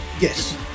yes